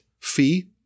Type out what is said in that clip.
fee